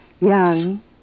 young